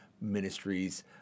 Ministries